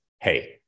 hey